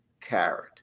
carrot